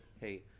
hey